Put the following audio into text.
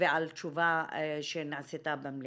ועל תשובה שנעשתה במליאה.